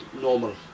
normal